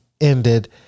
ended